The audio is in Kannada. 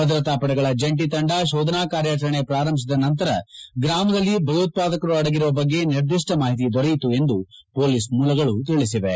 ಭದ್ರತಾ ಪಡೆಗಳ ಜಂಟಿ ತಂಡ ಶೋಧನಾ ಕಾರ್ಯಾಚರಣೆ ಪ್ರಾರಂಭಿಸಿದ ನಂತರ ಗ್ರಾಮದಲ್ಲಿ ಭಯೋತ್ಪಾದಕರ ಅಡಗಿರುವ ಬಗ್ಗೆ ನಿರ್ದಿಷ್ಟ ಮಾಹಿತಿ ದೊರೆಯಿತು ಎಂದು ಪೊಲೀಸ್ ಮೂಲಗಳು ತಿಳಿಸಿವೆ